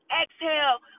exhale